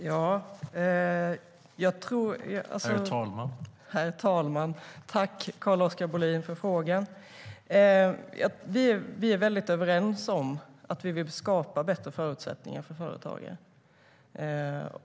Herr talman! Tack, Carl-Oskar Bohlin, för frågan! Vi är helt överens om att vi vill skapa bättre förutsättningar för företagare.